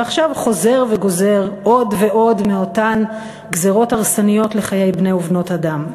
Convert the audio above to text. ועכשיו חוזר וגוזר עוד ועוד מאותן גזירות הרסניות לחיי בני ובנות אדם.